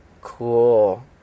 cool